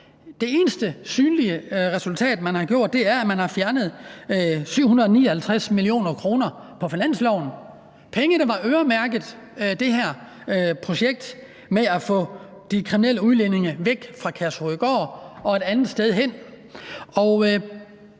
Det eneste synlige resultat, man har gjort, er, at man har fjernet 759 mio. kr. fra finansloven – penge, der var øremærket det her projekt med at få de kriminelle udlændinge væk fra Kærshovedgård og et andet sted hen.